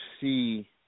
see